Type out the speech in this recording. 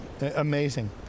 Amazing